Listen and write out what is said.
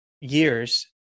years